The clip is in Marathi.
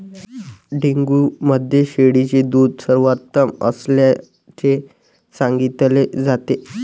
डेंग्यू मध्ये शेळीचे दूध सर्वोत्तम असल्याचे सांगितले जाते